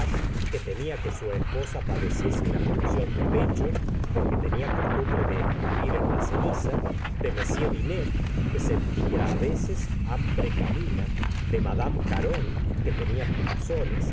que temía que su esposa padeciese una fluxión de pecho porque tenia costumbre de escupir en la ceniza de m bínet que sentía á veces hambre canina de mad caron que tenía picazones